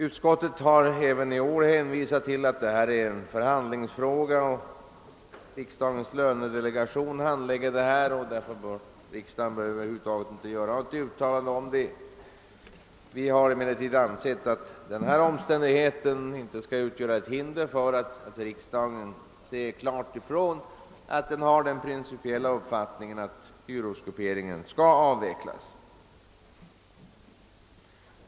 Utskottet har även i år hänvisat till att detta är en förhandlingsfråga; riksdagens lönedelegation handlägger den och därför bör riksdagen inte göra något uttalande. Vi har emellertid ansett att den omständigheten inte bör utgöra ett hinder för att riksdagen klart utitalar, att den har den principiella uppfattningen att dyrortsgrupperingen skall avvecklas.